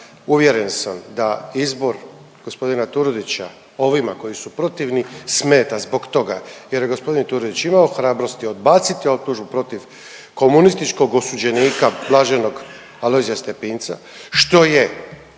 uvjeren sam da izbor g. Turudića ovima koji su protivni smeta zbog toga jer je g. Turudić imao hrabrosti odbaciti optužbu protiv komunističkog osuđenika blaženog Alojzija Stepinca što je